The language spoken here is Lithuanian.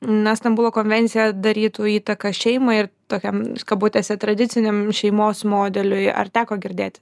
na stambulo konvencija darytų įtaką šeimai ir tokiam kabutėse tradiciniam šeimos modeliui ar teko girdėti